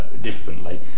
differently